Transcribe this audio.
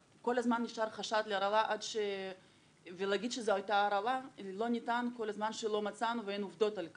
להגיד שזו הייתה הרעלה לא ניתן כל זמן שלא מצאנו ואין עובדות על כך.